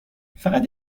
فقط